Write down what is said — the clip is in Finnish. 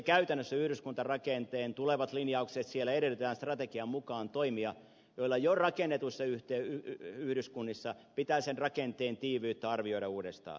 käytännössä yhdyskuntarakenteen tulevissa linjauksissa edellytetään strategian mukaan toimia joilla jo rakennetuissa yhdyskunnissa pitää sen rakenteen tiiviyttä arvioida uudestaan